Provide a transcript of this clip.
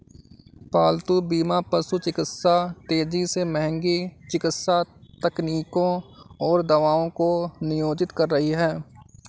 पालतू बीमा पशु चिकित्सा तेजी से महंगी चिकित्सा तकनीकों और दवाओं को नियोजित कर रही है